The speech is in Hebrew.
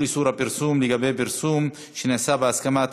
איסור הפרסום לגבי פרסום שנעשה בהסכמה),